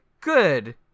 good